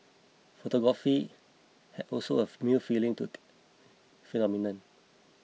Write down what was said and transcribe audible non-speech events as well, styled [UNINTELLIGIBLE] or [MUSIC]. photography have also of [UNINTELLIGIBLE]